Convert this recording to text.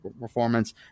performance